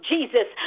Jesus